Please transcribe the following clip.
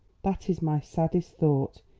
that is my saddest thought.